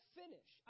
finish